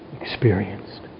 experienced